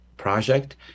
project